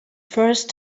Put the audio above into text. first